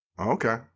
Okay